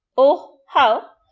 oh! how!